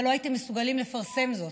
אבל לא הייתם מסוגלים לפרסם זאת.